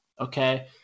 Okay